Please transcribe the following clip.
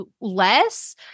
less